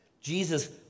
Jesus